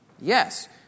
Yes